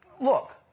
look